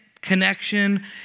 connection